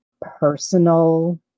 personal